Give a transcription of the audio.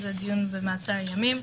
שהוא דיון במעצר ימים,